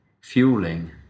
fueling